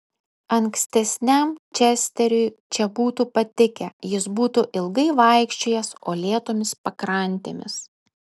ankstesniam česteriui čia būtų patikę jis būtų ilgai vaikščiojęs uolėtomis pakrantėmis